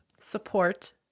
support